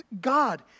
God